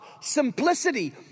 simplicity